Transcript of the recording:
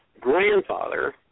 grandfather